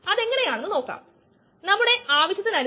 അപ്പോൾ നിങ്ങൾക്ക് ഉള്ളത് 1v എന്നാണ്